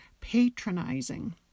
patronizing